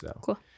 Cool